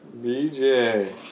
BJ